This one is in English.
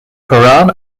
quran